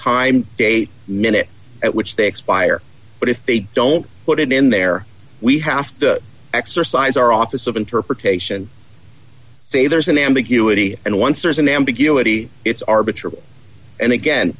time date minute at which they expire but if they don't put it in there we have to exercise our office of interpretation say there's an ambiguity and once there's an ambiguity it's arbitrary and again